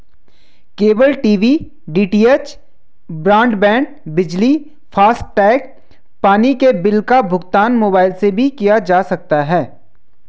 cable TV DTH, broadband, FASTag, फास्टैग, पानी के बिल का भुगतान मोबाइल से भी किया जा सकता है